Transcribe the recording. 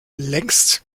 längst